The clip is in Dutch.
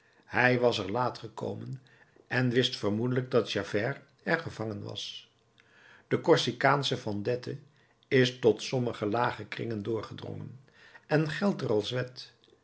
hij was er laat gekomen en wist vermoedelijk dat javert er gevangen was de corsicaansche vendette is tot sommige lage kringen doorgedrongen en geldt er